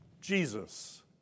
Jesus